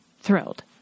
thrilled